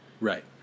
Right